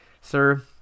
sir